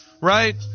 right